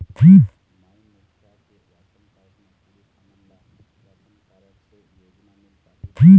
माई मुखिया के ration card म पुरुष हमन ला राशन कारड से योजना मिल पाही का?